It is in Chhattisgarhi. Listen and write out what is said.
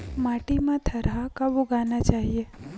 माटी मा थरहा कब उगाना चाहिए?